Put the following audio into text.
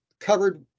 covered